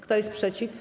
Kto jest przeciw?